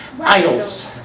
Idols